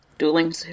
Dueling